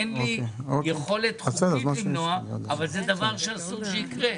אין לי יכולת חוקית למנוע אבל זה דבר שאסור שיקרה.